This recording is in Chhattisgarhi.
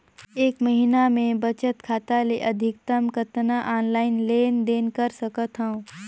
एक महीना मे बचत खाता ले अधिकतम कतना ऑनलाइन लेन देन कर सकत हव?